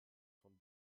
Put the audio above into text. von